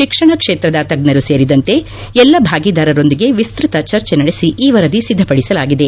ಶಿಕ್ಷಣ ಕ್ಷೇತ್ರದ ತಜ್ಞರು ಸೇರಿದಂತೆ ಎಲ್ಲ ಭಾಗಿದಾರರೊಂದಿಗೆ ವಿಸ್ತ್ರತ ಚರ್ಚೆ ನಡೆಸಿ ಈ ವರದಿ ಸಿದ್ಧಪಡಿಸಲಾಗಿದೆ